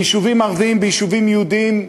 ביישובים ערביים, ביישובים יהודיים,